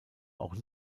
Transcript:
auch